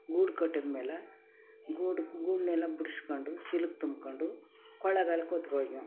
ಗೂಡು ಕಟ್ಟೋದು ಮೇಲೆ ಗೂಡು ಗೂಡನ್ನೆಲ್ಲ ಬಿಡ್ಸ್ಕೊಂಡು ಚೀಲಕ್ಕೆ ತುಂಬ್ಕೊಂಡು ಕೊಳ್ಳಗಳು ಕೂತ್ಕೋ